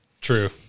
True